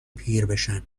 پیربشن